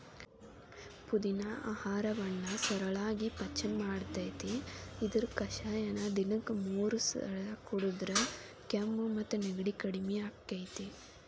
ಪುದಿನಾ ಆಹಾರವನ್ನ ಸರಳಾಗಿ ಪಚನ ಮಾಡ್ತೆತಿ, ಇದರ ಕಷಾಯನ ದಿನಕ್ಕ ಮೂರಸ ಕುಡದ್ರ ಕೆಮ್ಮು ಮತ್ತು ನೆಗಡಿ ಕಡಿಮಿ ಆಕ್ಕೆತಿ